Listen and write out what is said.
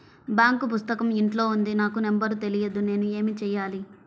Bank పుస్తకం ఇంట్లో ఉంది నాకు నంబర్ తెలియదు నేను ఏమి చెయ్యాలి?